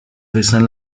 besan